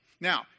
Now